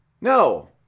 No